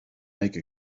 make